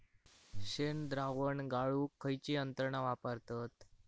शेणद्रावण गाळूक खयची यंत्रणा वापरतत?